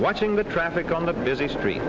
watching the traffic on the busy street